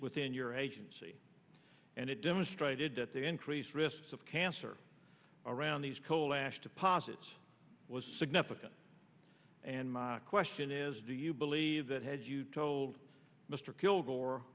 within your agency and it demonstrated that the increased risk of cancer around these coal ash deposits was significant and my question is do you believe that had you told mr kilgore